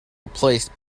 replaced